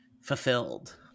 fulfilled